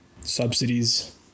subsidies